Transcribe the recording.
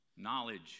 Knowledge